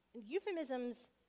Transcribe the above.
Euphemisms